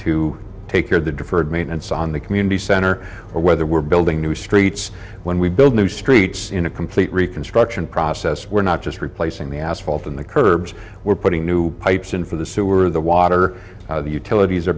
to take your the deferred maintenance on the community center or whether we're building new streets when we build new streets in a complete reconstruction process we're not just replacing the asphalt in the curbs we're putting new pipes in for the sewer the water out of the utilities are